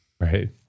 Right